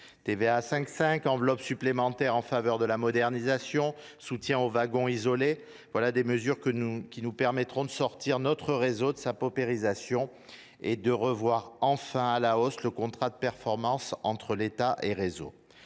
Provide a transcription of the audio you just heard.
TVA à 5,5 %, enveloppe supplémentaire en faveur de la modernisation, soutien aux wagons isolés, voilà des mesures qui nous permettront de sortir notre réseau de la paupérisation et de revoir enfin à la hausse le contrat de performance entre l’État et SNCF Réseau.